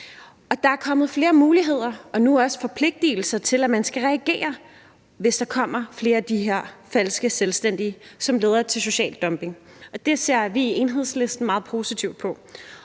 Der er kommet flere muligheder og nu også forpligtelser til, at man skal reagere, hvis der kommer flere af de her falske selvstændige, som leder til social dumping, og det ser vi i Enhedslisten meget positivt på.